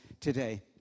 today